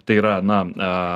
tai yra na